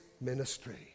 ministry